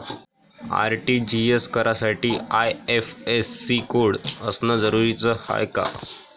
RTGS करासाठी IFSC code असनं जरुरीच हाय का?